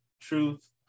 truth